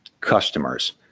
customers